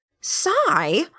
Sigh